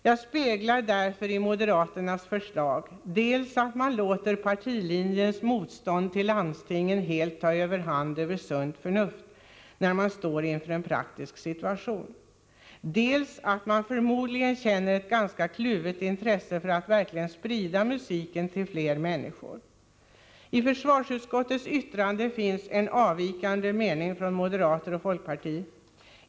Jag speglar därför i moderaternas förslag dels att man låter partilinjens motstånd till landstingen helt ta överhand över sunt förnuft när man står inför en praktisk situation, dels att man förmodligen känner ett ganska kluvet intresse för att verkligen sprida musiken till fler människor. I försvarsutskottets yttrande finns en avvikande mening från m och fp.